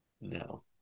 No